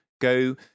Go